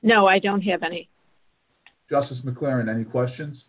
know i don't have any justice maclaren any questions